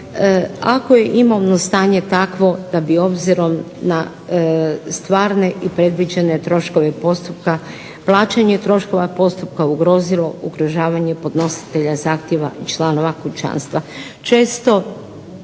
ako je imovno stanje takvo da bi obzirom na stvarne i predviđene troškove postupka plaćanje troškova postupka ugrozilo ugrožavanje podnositelja zahtjeva članova kućanstva. Često